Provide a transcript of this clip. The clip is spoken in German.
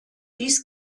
dies